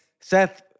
Seth